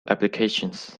applications